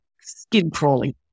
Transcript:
skin-crawling